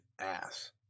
ass